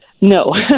No